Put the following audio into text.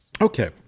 okay